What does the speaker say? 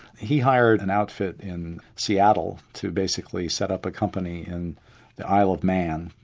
he hired an outfit in seattle to basically set up a company in the isle of man,